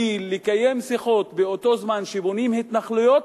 כי לקיים שיחות בזמן שבונים התנחלויות,